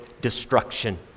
destruction